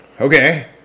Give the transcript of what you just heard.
Okay